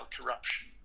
corruption